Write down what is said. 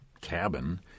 cabin